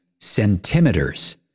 centimeters